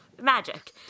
magic